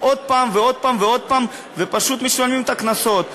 עוד פעם ועוד ועוד פעם, ופשוט משלמים את הקנסות.